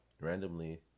randomly